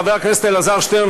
חבר הכנסת אלעזר שטרן,